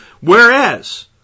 Whereas